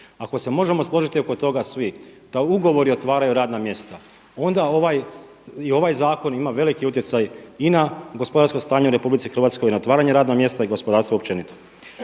Ako se možemo složiti oko toga svi da ugovori otvaraju radna mjesta, onda i ovaj zakon ima veliki utjecaj i na gospodarsko stanje u RH, na otvaranje radnih mjesta i gospodarstvo općenito.